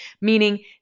meaning